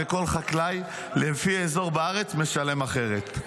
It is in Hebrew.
וכל חקלאי לפי אזור בארץ משלם אחרת.